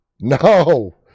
No